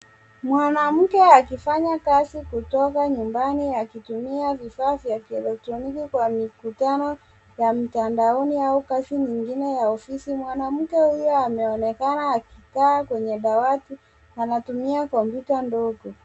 Mwanamke akifanya kazi kutoka nyumbani akitumia vifaa vya kielektroniki kwa mikitano ya mtandaoni au kazi zingine ya ofisi. Mwanamke huyo ameonekana akikaa kwenye dawati. Anatumia kompyuta ndogo.